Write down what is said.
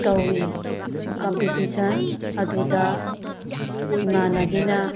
ꯇꯧꯏ ꯀꯝꯄꯤꯇꯤꯁꯟ ꯑꯗꯨꯗ ꯏꯃꯥꯟꯅꯕꯤꯅ